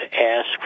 ask